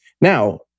Now